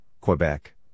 Quebec